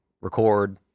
record